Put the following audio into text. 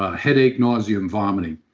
ah headache, nausea, and vomiting.